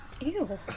ew